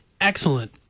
Excellent